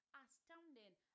astounding